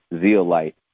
Zeolite